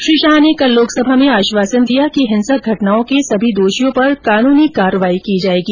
श्री शाह ने कल लोकसभा में आश्वासन दिया कि हिंसक घटनाओं के सभी दोषियों पर कानूनी कार्रवाई की जाएगी